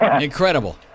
Incredible